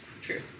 True